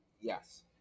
Yes